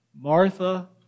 Martha